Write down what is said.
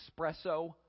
Espresso